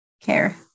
care